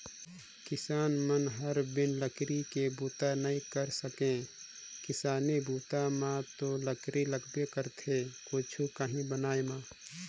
किसान मन हर बिन लकरी के बूता नइ कर सके किसानी बूता म तो लकरी लगबे करथे कुछु काही बनाय म